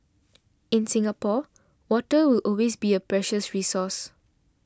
in Singapore water will always be a precious resource